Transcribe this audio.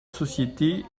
société